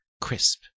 crisp